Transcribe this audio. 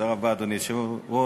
אדוני היושב-ראש,